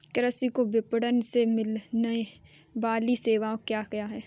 कृषि को विपणन से मिलने वाली सेवाएँ क्या क्या है